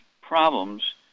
problems